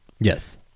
Yes